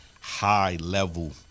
High-level